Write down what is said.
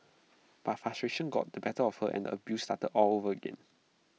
but frustration got the better of her and abuse started all over again